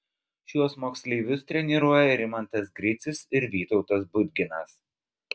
šiuos moksleivius treniruoja rimantas gricius ir vytautas budginas